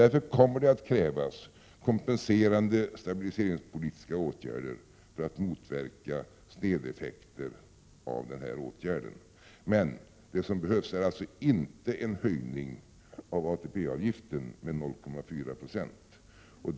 Därför kommer det att krävas kompenserande stabiliseringspolitiska åtgärder för att motverka snedeffekter av den här åtgärden. Vad som behövs är alltså inte en höjning av ATP-avgiften med 0,4 26.